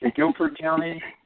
but guilford county